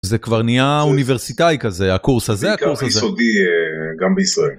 זה כבר נהיה אוניברסיטאי כזה, הקורס הזה, הקורס הזה. בעיקר ביסודי אה... גם בישראל.